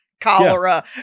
cholera